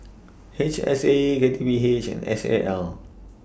H S A K T P H and S A L